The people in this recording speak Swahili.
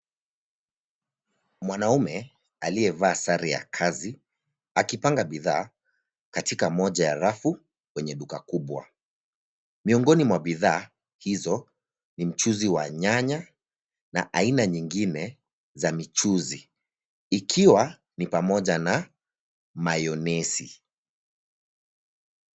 Mwanaume aliyevaa sare ya kazi akipanga bidhaa katika moja ya rafu kwenye duka kubwa. Mwiongoni mwa bidhaa hizo ni mchuzi wa nyanya na aina nyingine za michuzi ikiwa ni pamoja na [cs Mayonnaise .